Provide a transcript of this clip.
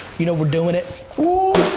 you know we're doing it. woo!